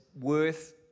worth